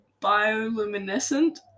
Bioluminescent